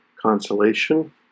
consolation